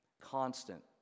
constant